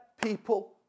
people